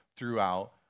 throughout